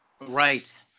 Right